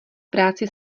práci